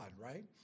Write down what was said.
right